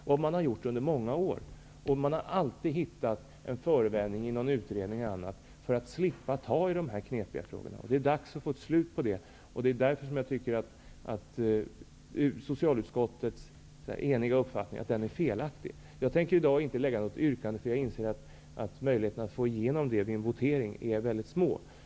Det här har gjorts under många år, och man har alltid hittat en förevändning i en utredning eller något liknande för att slippa ta itu med de knepiga frågorna. Det är dags att få slut på detta. Det är därför jag tycker att socialutskottets eniga uppfattning är felaktig. Jag tänkter inte lägga fram något yrkande i dag, eftersom jag inser att möjligheterna att få igenom det vid en votering är små.